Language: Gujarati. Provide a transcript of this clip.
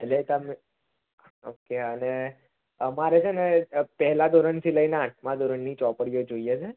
એટલે તમે ઓકે અને અમારે છે ને પહેલા ધોરણથી લઈને આઠમાં ધોરણની ચોપડીઓ જોઈએ છે